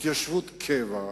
התיישבות קבע,